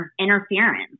interference